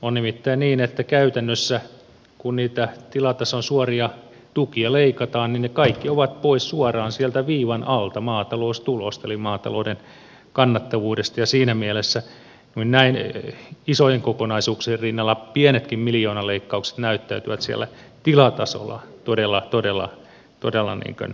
on nimittäin niin että käytännössä kun niitä tilatason suoria tukia leikataan ne kaikki ovat pois suoraan sieltä viivan alta maataloustulosta eli maatalouden kannattavuudesta ja siinä mielessä näin isojen kokonaisuuksien rinnalla pienetkin miljoonaleikkaukset näyttäytyvät siellä tilatasolla todella todella raskaasti